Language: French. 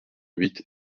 huit